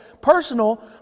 personal